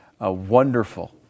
wonderful